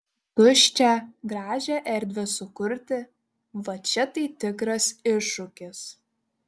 tuščią gražią erdvę sukurti va čia tai tikras iššūkis